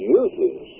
uses